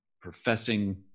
professing